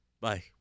Bye